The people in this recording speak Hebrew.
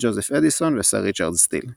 ג'וזף אדיסון וסר ריצ'רד סטיל.